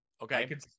okay